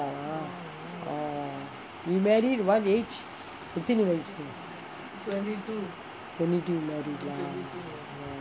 you married in what age எத்தனை வயசு:ethanai vayasu twenty two married lah oh